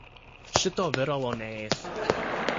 šito viralo neėsiu